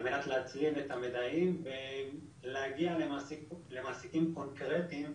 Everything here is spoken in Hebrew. על מנת להצליב את המיידעים ולהגיע למעסיקים קונקרטיים,